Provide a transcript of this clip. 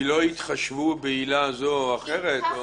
כי לא יתחשבו בעילה זו או אחרת?